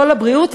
לא לבריאות,